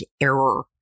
error